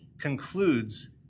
concludes